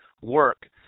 work